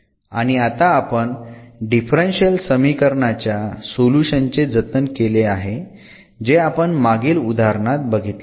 आणि आता आपण डिफरन्शियल समीकरणाच्या सोल्युशन चे जतन केले आहे जे आपण मागील उदाहरणात बघितले